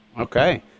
Okay